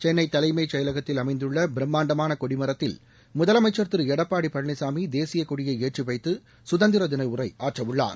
சென்னை தலைமை செயலகத்தில் அமைந்துள்ள பிரம்மாண்டமான கொடிமரத்தில் முதலமைச்சா் திரு ளடப்பாடி பழனிசாமி தேசிய கொடியை ஏற்றிவைத்து சுதந்திரதின உரை ஆற்றவுள்ளார்